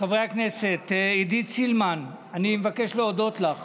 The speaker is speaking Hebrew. חברי הכנסת, עידית סילמן, אני מבקש להודות לך